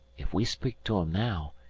ef we speak to him now,